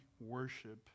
worship